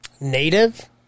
native